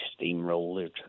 steamrolled